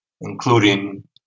including